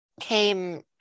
came